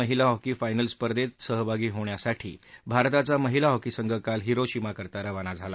महिला hockey finals स्पर्धेत सहभागी होण्याची भारताचा महिला हॉकी संघ काल हिरोशिमासाठी रवाना झाला